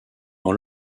dans